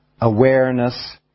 awareness